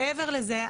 מעבר לזה,